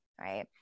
right